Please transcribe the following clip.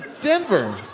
Denver